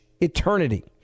eternity